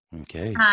Okay